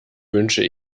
wünsche